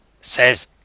says